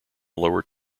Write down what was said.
lower